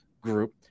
group